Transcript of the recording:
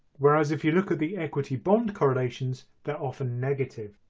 whereas if you look at the equity-bond correlations they're often negative.